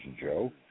Joe